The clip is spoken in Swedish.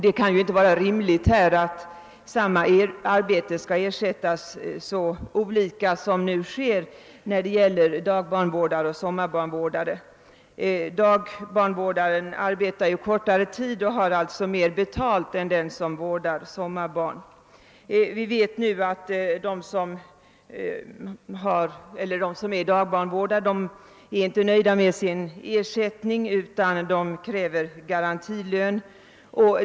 Det kan inte vara rimligt att samma arbete skall ersättas så olika som är fallet när det gäller dagbarnvårdare och sommarbarnvårdare. Dagbarnvårdaren arbetar kortare tid och har alltså mera betalt än den som vårdar sommarbarn. Vi vet att de som är dagbarnvårdare inte är nöjda med sin ersättning utan de kräver en garantilön.